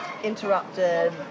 interrupted